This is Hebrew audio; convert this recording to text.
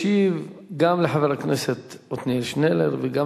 ישיב גם לחבר הכנסת עתניאל שנלר וגם